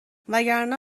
وگرنه